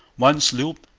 one sloop,